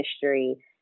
history